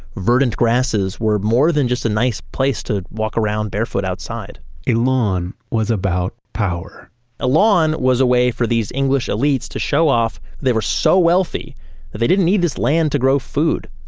verdant grasses were more than just a nice place to walk around barefoot outside a lawn was about power a lawn was a way for these english elites to show off they were so wealthy that they didn't need this land to grow food.